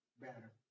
better